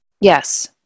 Yes